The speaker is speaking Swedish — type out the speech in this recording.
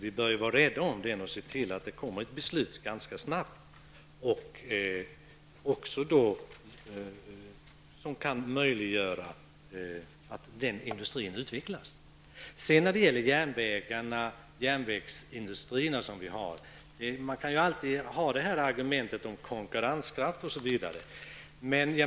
Vi bör därför vara rädda om den och se till att det fattas att beslut ganska snabbt som kan möjliggöra att denna industri utvecklas. När det gäller järnvägarna och de järnvägsindustrier som vi har kan man ju alltid framföra argumentet om konkurrenskraft, osv.